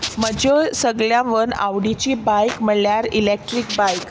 म्हज्यो सगळ्यां वन आवडीची बायक म्हणल्यार इलॅक्ट्रीक बायक